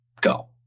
Go